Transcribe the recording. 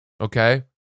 Okay